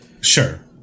Sure